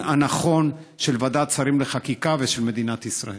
הנכון של ועדת שרים לחקיקה ושל מדינת ישראל.